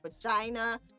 vagina